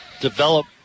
develop